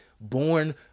Born